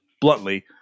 bluntly